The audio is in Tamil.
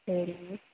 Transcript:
சரிங்க